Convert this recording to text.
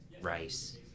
rice